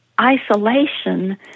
Isolation